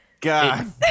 God